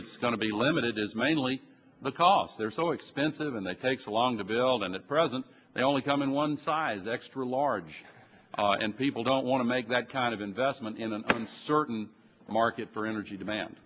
it's going to be limited is mainly because they're so expensive and they take so long to build and at present they only come in one size extra large and people don't want to make that kind of investment in an uncertain market for energy demand